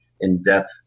in-depth